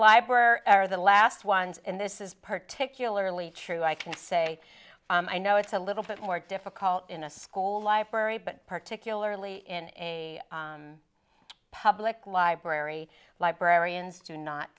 library or the last ones and this is particularly true i can say i know it's a little bit more difficult in a school life worry but particularly in a public library librarians do not